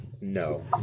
no